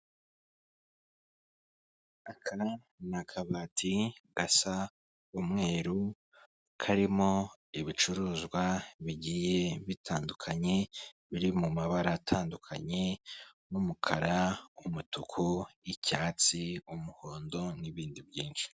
Aka ni akabati gasa umweru, karimo ibicuruzwa bigiye bitandukanye, biri mu mabara atandukanye, nk'umukara, umutuku, icyatsi, umuhondo, n'ibindi byinshi.